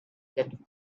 that